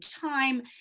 time